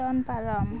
ᱫᱚᱱ ᱯᱟᱨᱚᱢ